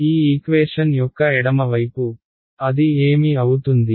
కాబట్టి ఈ ఈక్వేషన్ యొక్క ఎడమ వైపు అది ఏమి అవుతుంది